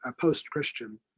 post-Christian